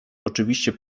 oczywiście